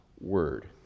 word